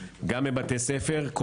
גם בבתי ספר,